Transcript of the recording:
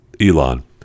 Elon